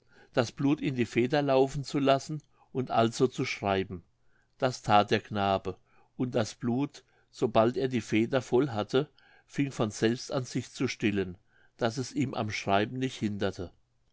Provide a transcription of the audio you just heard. das blut in die feder laufen zu lassen und also zu schreiben das that der knabe und das blut sobald er die feder voll hatte fing von selbst an sich zu stillen daß es ihn am schreiben nicht hinderte